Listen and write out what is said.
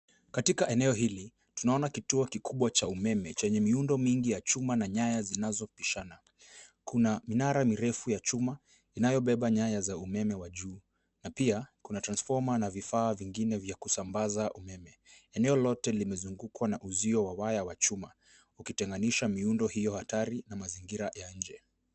Katika eneo hili tunaona kituo kikubwa cha umeme chenye miundo mingi ya chuma na nyaya zinazopishana. Kuna minara mirefu ya chuma inayobeba nyaya za umeme wa juu na pia kuna trasfoma na vifaa vingine vya kusambaza umeme. Eneo lote limezungukwa na uzio wa waya wa chuma ukitenganisha miundo hiyo hatari na mazingira ya nje.